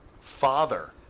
father